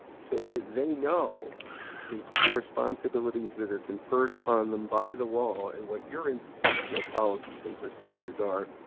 so that they know the the responsibilities that are conferred upon them by the law, and what your institutional policies and procedures are,